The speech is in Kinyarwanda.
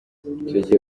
gihe